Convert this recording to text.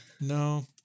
No